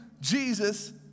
Jesus